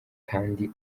kandi